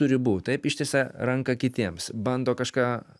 turi būt taip ištiesia ranką kitiems bando kažką